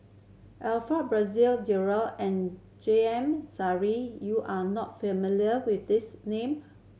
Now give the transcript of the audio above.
Alfred Frisby and J M Sali you are not familiar with these name